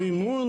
מימון